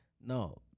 No